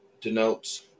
denotes